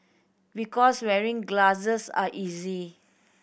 because wearing glasses are easier